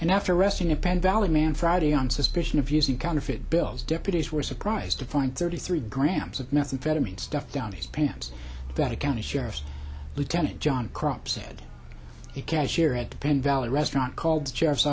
and after arresting a pen valley man friday on suspicion of using counterfeit bills deputies were surprised to find thirty three grams of methamphetamine stuffed down his pants that the county sure lieutenant john crop said a cashier at the penn valley restaurant called the sheriff's